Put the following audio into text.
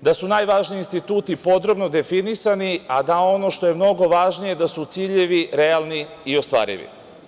da su najvažniji instituti podrobno definisani, a da ono što je mnogo važnije, da su ciljevi realni i ostvarivi.